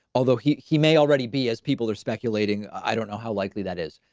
although he he may already be as people are speculating i don't know how likely that is.